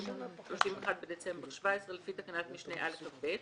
31 בדצמבר 2017 לפי תקנת משנה (א)(כב)